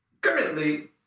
currently